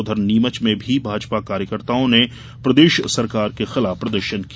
उधर नीमच में भी भाजपा कार्यकर्ताओं ने प्रदेश सरकार के खिलाफ प्रदर्शन किया